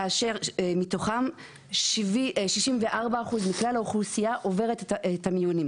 כאשר מתוכם 64% מכלל האוכלוסיה עוברת את המיונים.